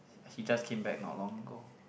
he just came back not long ago